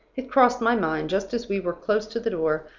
it crossed my mind, just as we were close to the door,